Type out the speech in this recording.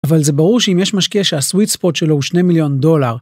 אבל זה ברור שאם יש משקיע שהסוויט ספוט שלו הוא 2 מיליון דולר.